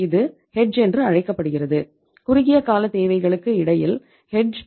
இது ஹெட்ஜிங்